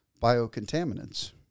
biocontaminants